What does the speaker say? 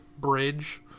bridge